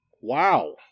wow